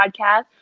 podcast